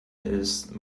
ist